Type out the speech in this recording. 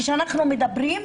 כשאנחנו מדברים,